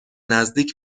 نزدیک